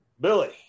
Billy